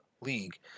league